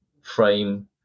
frame